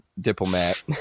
diplomat